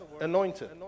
anointed